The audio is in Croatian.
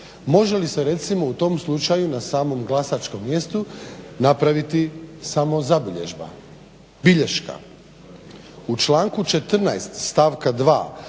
Može li se recimo u tom slučaju na samom glasačkom mjestu napraviti samo zabilježba, bilješka? U članku 14.stavka